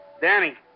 Danny